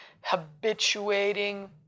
habituating